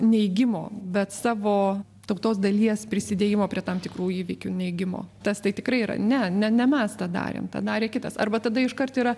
neigimo bet savo tautos dalies prisidėjimo prie tam tikrų įvykių neigimo tas tai tikrai yra ne ne mes tą darėm tą darė kitas arba tada iškart yra